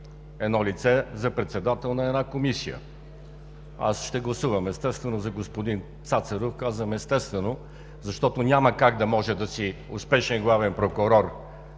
едно лице за председател на една комисия. Аз ще гласувам, естествено, за господин Цацаров. Казвам „естествено“, защото няма как да може да си успешен главен прокурор